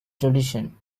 tradition